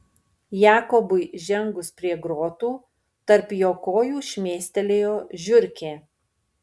jakobui žengus prie grotų tarp jo kojų šmėstelėjo žiurkė